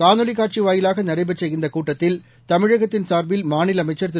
காணொளிக் காட்சி வாயிலாக நடைபெற்ற இந்தக் கூட்டத்தில் தமிழகத்தின் சார்பில் மாநில அமைச்சர் திரு